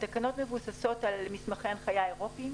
התקנות מבוססות על מסמכי הנחיה אירופיים.